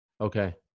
Okay